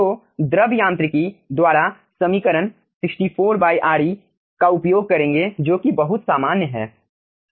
तो द्रव यांत्रिकी द्वारा समीकरण 64Re का उपयोग करेंगे जो कि बहुत सामान्य है